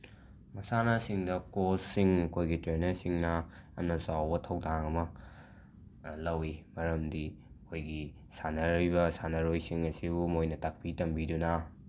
ꯃꯁꯥꯟꯅꯁꯤꯡꯗ ꯀꯣꯁꯁꯤꯡ ꯑꯩꯈꯣꯏꯒꯤ ꯇ꯭ꯔꯦꯅꯔꯁꯤꯡꯅ ꯌꯥꯝꯅ ꯆꯥꯎꯕ ꯊꯧꯗꯥꯡ ꯑꯃ ꯂꯧꯋꯤ ꯃꯔꯝꯗꯤ ꯑꯩꯈꯣꯏꯒꯤ ꯁꯥꯟꯅꯔꯤꯕ ꯁꯥꯟꯅꯔꯣꯏꯁꯤꯡ ꯑꯁꯤꯕꯨ ꯃꯣꯏꯅ ꯇꯥꯛꯄꯤ ꯇꯝꯕꯤꯗꯨꯅ